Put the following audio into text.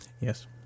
Yes